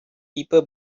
people